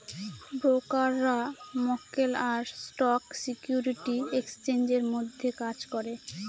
ব্রোকাররা মক্কেল আর স্টক সিকিউরিটি এক্সচেঞ্জের মধ্যে কাজ করে